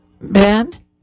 Ben